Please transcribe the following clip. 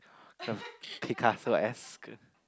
Picasso-esque